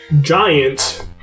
giant